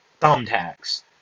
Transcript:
thumbtacks